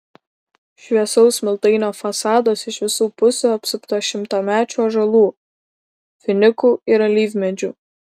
šviesaus smiltainio fasadas iš visų pusių apsuptas šimtamečių ąžuolų finikų ir alyvmedžių